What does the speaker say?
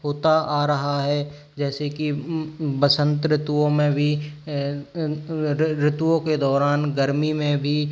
होता आ रहा है जैसे कि बसंत ऋतुओं में भी ऋतुओं के दौरान गर्मी में भी